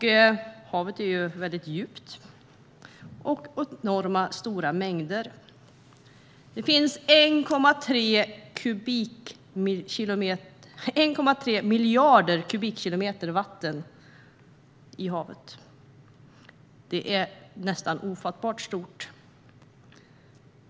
Haven är ju väldigt djupa och har enorma mängder vatten. Det finns 1,3 miljarder kubikkilometer vatten i haven. Det är nästan ofattbart mycket.